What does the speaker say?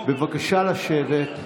בבקשה לשבת.